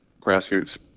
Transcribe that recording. grassroots